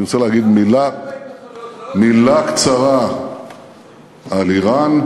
אני רוצה להגיד מילה קצרה על איראן,